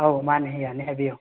ꯑꯧ ꯃꯥꯅꯦ ꯌꯥꯅꯤ ꯍꯥꯏꯕꯤꯌꯣ